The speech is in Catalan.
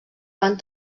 van